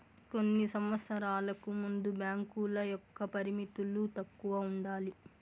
కొన్ని సంవచ్చరాలకు ముందు బ్యాంకుల యొక్క పరిమితులు తక్కువ ఉండాలి